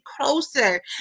closer